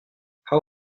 how